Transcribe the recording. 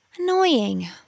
Annoying